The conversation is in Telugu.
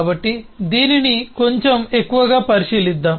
కాబట్టి దీనిని కొంచెం ఎక్కువగా పరిశీలిద్దాం